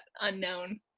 unknown